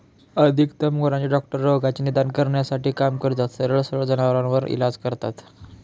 अधिकतर गुरांचे डॉक्टर रोगाचे निदान करण्यासाठी काम करतात, सरळ सरळ जनावरांवर इलाज करता